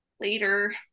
Later